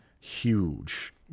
huge